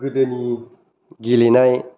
गोदोनि गेलेनाय